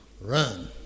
Run